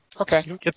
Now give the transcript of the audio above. Okay